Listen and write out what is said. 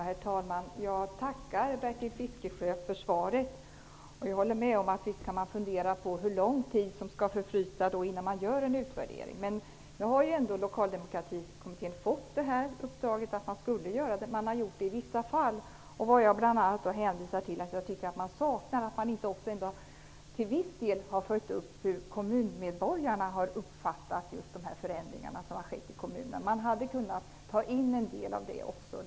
Herr talman! Jag tackar Bertil Fiskesjö för svaret, och jag håller med om att man visst kan fundera över hur lång tid som skall förflyta innan man gör en utvärdering. Men nu har ju ändå Lokaldemokratikommittén fått uppdraget att göra en utredning, och man har i vissa fall gjort det. Vad jag saknar är att man inte till viss del har följt upp hur kommunmedborgarna har uppfattat just de förändringar som har skett i kommunerna. Också den uppföljningen kunde ha ingått i uppdraget.